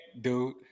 dude